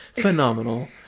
phenomenal